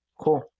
Cool